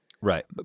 Right